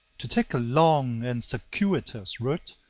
to take a long and circuitous route,